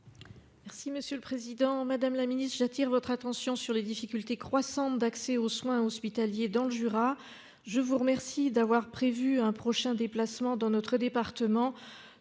et de la prévention. Madame la ministre, j'attire votre attention sur les difficultés croissantes d'accès aux soins hospitaliers dans le Jura. Je vous remercie d'avoir prévu un prochain déplacement dans notre département,